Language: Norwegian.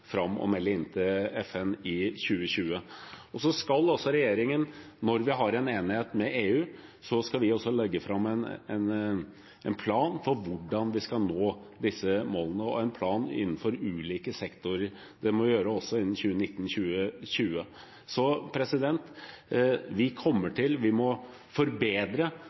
fram en plan for hvordan vi skal nå disse målene, og ha en plan innenfor ulike sektorer. Det må vi også gjøre innen 2019–2020. Vi må forbedre